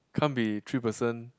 can't be three person